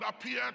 appeared